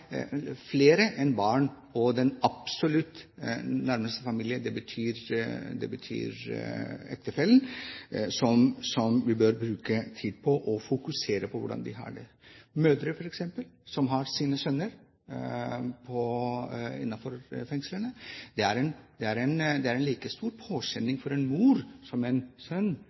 flere enn barna og den absolutt nærmeste familie, dvs. ektefellen, vi bør bruke tid på og fokusere på hvordan de har det, f.eks. mødre som har sine sønner i fengsel. Det er en like stor påkjenning for en mor til en sønn